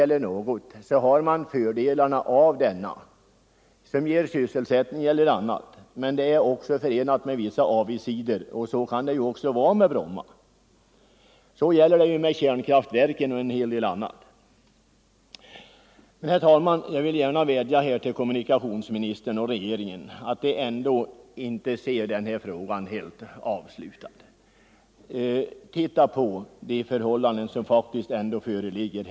Var man än lägger den så har man där både fördelarna, i form av sysselsättning och annat, och nackdelarna. Det gäller också för kärnkraftverk och en hel del annan verksamhet, och det gäller även för flygplatsen i Bromma. Herr talman! Jag vill gärna vädja till kommunikationsministern och regeringen att inte betrakta denna sak som helt avslutat. Titta på de förhållanden som här föreligger!